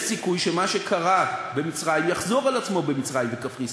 יש סיכוי שמה שקרה במצרים יחזור על עצמו במצרים וקפריסין,